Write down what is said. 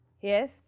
Yes